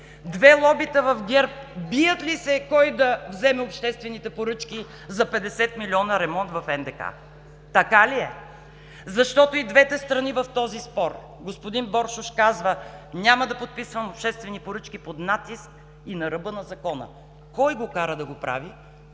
Две лобита в ГЕРБ бият ли се кой да вземе обществените поръчки за 50 млн.лв. ремонт в НДК? Така ли е? Защото и двете страни в този спор – господин Боршош казва: „Няма да подписвам обществени поръчки под натиск и на ръба на закона“, кой го кара да го прави?